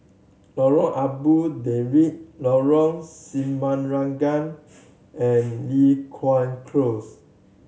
Lorong Abu Talib Lorong Semangka and Li Hwan Close